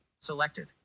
Selected